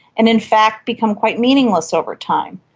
and in fact become quite meaningless over time.